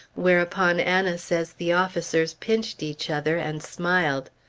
whereupon anna says the officers pinched each other and smiled.